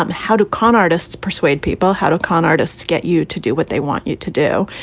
um how to con artists, persuade people, how to con artists get you to do what they want you to do.